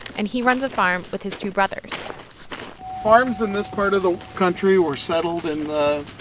and he runs a farm with his two brothers farms in this part of the country were settled in the